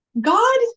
God